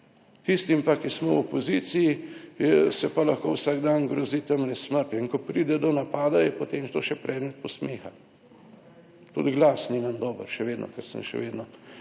Tistim pa, ki smo v opoziciji se pa lahko vsak dan grozi tamle s smrtjo in ko pride do napada je, potem to še predmet posmeha. Tudi glas nimam dober še vedno, ker sem, še vedno